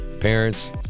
Parents